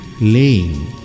laying